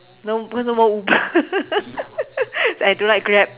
no cause no more Uber I don't like Grab